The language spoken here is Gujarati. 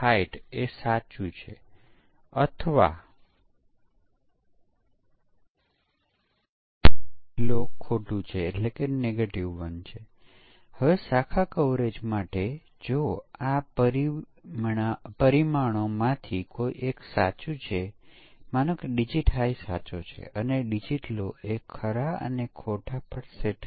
તેથી આ ઇનપુટ ડોમેનને 3 સમકક્ષ વર્ગોમાં વહેંચવામાં આવ્યું છે અને મુખ્ય આધાર એ છે કે જો આપણે આ સમકક્ષ વર્ગમાંથી કોઈ એક મૂલ્ય લઈએ કે જે સિસ્ટમને સમાન વર્ગમાંથી લેવામાં આવેલા અન્ય મૂલ્યો જેટલું સારું પરીક્ષણ કરે